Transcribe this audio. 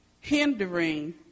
hindering